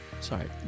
Sorry